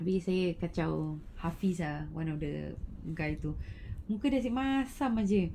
we say kecau hafiz ah one of the guy tu muka dia macam masam saja